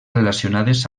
relacionades